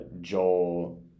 Joel